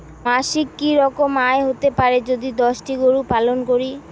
মাসিক কি রকম আয় হতে পারে যদি দশটি গরু পালন করি?